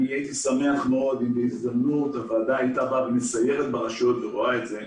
הייתי שמחה אם בהזדמנות הוועדה היתה מסיירת ברשויות ורואה את זה.